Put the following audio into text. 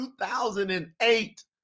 2008